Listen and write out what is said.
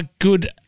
Good